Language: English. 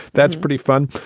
that's pretty fun.